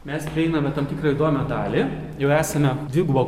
mes prieiname tam tikrą įdomią dalį jau esame dvigubo